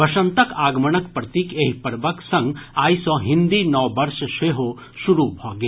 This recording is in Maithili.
वसंतक आगमणक प्रतीक एहि पर्वक संग आइ सँ हिन्दी नव वर्ष सेहो शुरू भऽ गेल